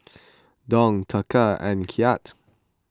Dong Taka and Kyat